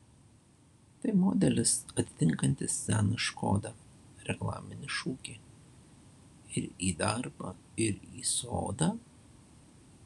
tai modelis atitinkantis seną škoda reklaminį šūkį ir į darbą ir į sodą